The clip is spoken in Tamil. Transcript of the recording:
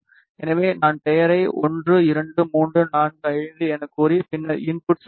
எனவே நான் பெயரை 1 2 3 4 5 எனக் கூறி பின்னர் இன்புட் செய்வேன்